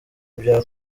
bya